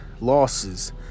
losses